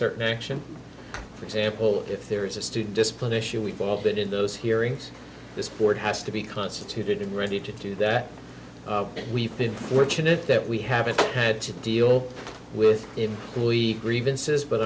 certain action for example if there is a student discipline issue we've all been in those hearings this board has to be constituted ready to do that and we've been fortunate that we haven't had to deal with it will be grievances but